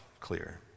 clear